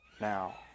now